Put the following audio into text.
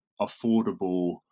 affordable